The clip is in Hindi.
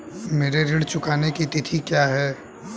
मेरे ऋण चुकाने की तिथि क्या है?